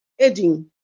adding